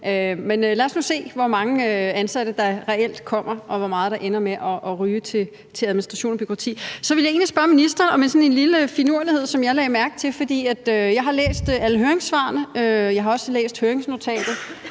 lad os nu se, hvor mange ansatte der reelt kommer, og hvor meget der ender med at ryge til administration og bureaukrati. Så vil jeg egentlig spørge ministeren til sådan en lille finurlighed, som jeg lagde mærke til, for jeg har læst alle høringssvarene, og jeg har også læst høringsnotatet,